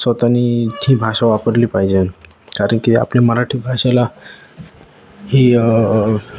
स्वतःने ती भाषा वापरली पाहिजे कारण की आपली मराठी भाषेला ही